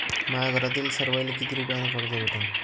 माह्या घरातील सर्वाले किती रुप्यान कर्ज भेटन?